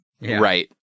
Right